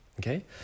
okay